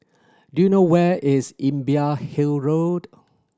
do you know where is Imbiah Hill Road